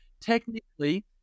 Technically